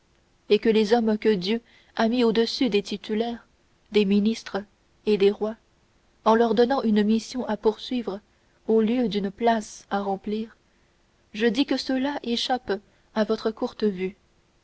et que les hommes que dieu a mis au-dessus des titulaires des ministres et des rois en leur donnant une mission à poursuivre au lieu d'une place à remplir je dis que ceux-là échappent à votre courte vue